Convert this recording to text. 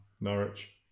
Norwich